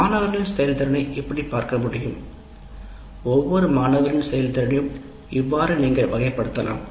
மாணவர்களின் செயல்திறனை இப்படிப் பார்க்க முடியும் ஒவ்வொரு மாணவரின் செயல்திறனையும் இவ்வாறு நீங்கள் வகைப்படுத்தலாம்